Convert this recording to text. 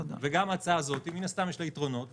וגם להצעה הזאת, מן הסתם, יש לה יתרונות וחסרונות,